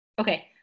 Okay